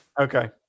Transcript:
Okay